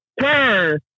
turn